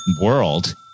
world